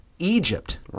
Egypt